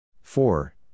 four